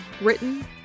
written